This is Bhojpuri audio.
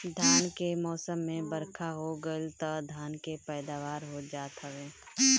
धान के मौसम में बरखा हो गईल तअ धान के पैदावार हो जात हवे